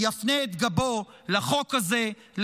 יפנה את גבו לחוק הזה,